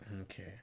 okay